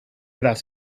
that